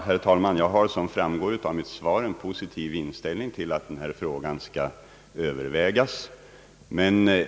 Herr talman! Jag har såsom framgår av mitt svar en positiv inställning till att denna fråga skall övervägas.